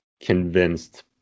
convinced